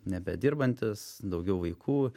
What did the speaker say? nebedirbantis daugiau vaikų